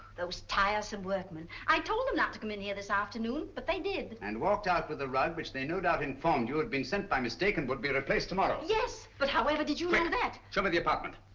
those tiresome workmen. i told them not to come in here this afternoon but they did. and walked out with the rug, which they no doubt informed you had been sent by mistake and would be replaced tomorrow. yes, but however did you know that? quick, show me the apartment!